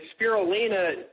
spirulina